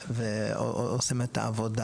ועושים כך את העבודה.